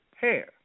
hair